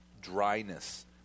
dryness